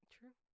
True